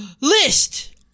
List